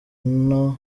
nto